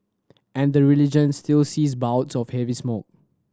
and the region still sees bouts of heavy smog